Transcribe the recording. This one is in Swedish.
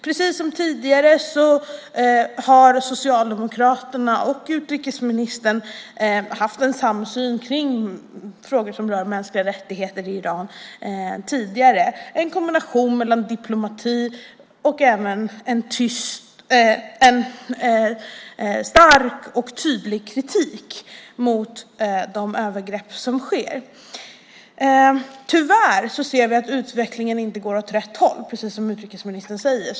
Precis som tidigare har Socialdemokraterna och utrikesministern haft en samsyn om frågor som rör mänskliga rättigheter i Iran, en kombination mellan diplomati och en stark och tydlig kritik av de övergrepp som sker. Tyvärr ser vi att utvecklingen inte går åt rätt håll, precis som utrikesministern säger.